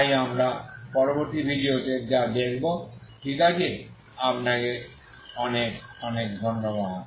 তাই আমরা পরবর্তী ভিডিওতে যা দেখব ঠিক আছে আপনাকে অনেক ধন্যবাদ